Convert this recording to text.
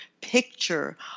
picture